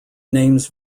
names